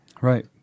Right